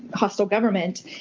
hostile government.